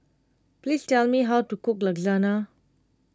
please tell me how to cook